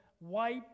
wipe